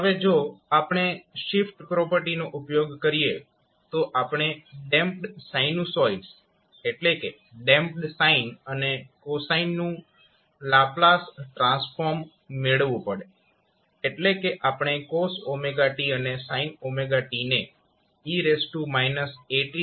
હવે જો આપણે શિફ્ટ પ્રોપર્ટીનો ઉપયોગ કરીએ તો આપણે ડેમ્પ્ડ સાઇનુંસોઈડ્સ એટલે કે ડેમ્પ્ડ સાઈન અને કોસાઈન નું લાપ્લાસ ટ્રાન્સફોર્મ મેળવવું પડે એટલે કે આપણે cos𝑤𝑡 અથવા sin𝑤𝑡 ને 𝑒−𝑎𝑡 થી ગુણાકાર કરીએ છીએ